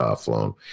flown